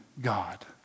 God